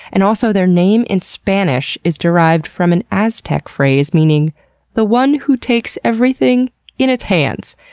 and also, their name in spanish is derived from an aztec phrase meaning the one who takes everything in its hands.